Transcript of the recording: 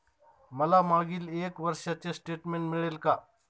मला मागील एक वर्षाचे स्टेटमेंट मिळेल का?